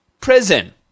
prison